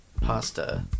pasta